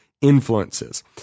influences